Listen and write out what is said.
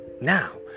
Now